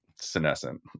senescent